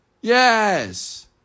Yes